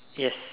yes